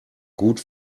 gut